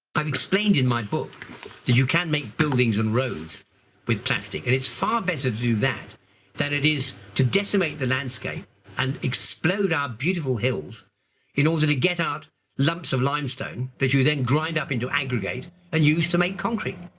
i've explained in my book that you can make buildings and roads with plastic and it's far better to do that than it is to decimate the landscape and explode our beautiful hills in order to get out lumps of limestone that you then grind up into aggregate and use to make concrete.